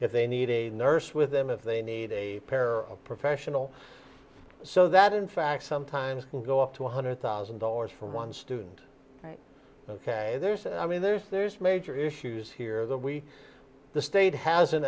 if they need a nurse with them if they need a pair of professional so that in fact sometimes can go up to one hundred thousand dollars for one student ok there's i mean there's there's major issues here that we the state has an